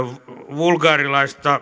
vulgaaria